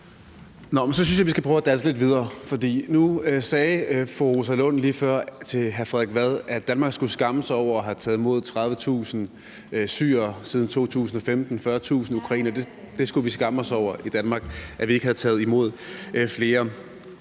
Så synes jeg, vi skal prøve at danse lidt videre. Nu sagde fru Rosa Lund lige før til hr. Frederik Vad, at Danmark skulle skamme sig over siden 2015 at have taget imod 30.000 syrere og 40.000 ukrainere – vi skulle skamme os over at vi ikke havde taget imod flere.